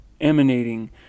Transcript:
emanating